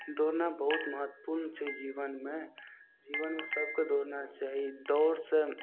दौड़नाइ बहुत महत्वपूर्ण छै जीवनमे जीवनमे सबके दौड़ना चाही दौड़सँ